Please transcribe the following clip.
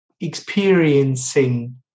experiencing